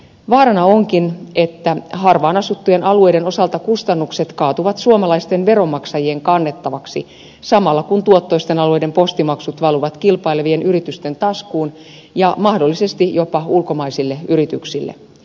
vaarana onkin että harvaanasuttujen alueiden osalta kustannukset kaatuvat suomalaisten veronmaksajien kannettavaksi samalla kun tuottoisten alueiden postimaksut valuvat kilpailevien yritysten taskuun ja mahdollisesti jopa ulkomaisille yrityksille